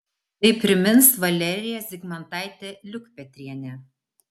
tai prisimins valerija zigmantaitė liukpetrienė